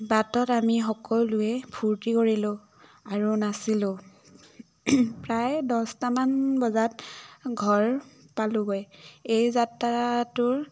বাটত আমি সকলোৱে ফূৰ্তি কৰিলোঁ আৰু নাচিলো প্ৰায় দছটামান বজাত ঘৰ পালোগৈ এই যাত্ৰাটোৰ